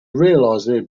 realized